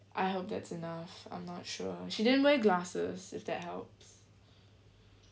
I hope that's enough I'm not sure she didn't wear glasses if that helps